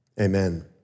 Amen